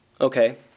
Okay